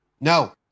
No